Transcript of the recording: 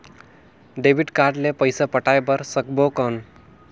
Debit card ले पइसा पटाय बार सकबो कौन?